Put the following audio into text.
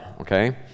okay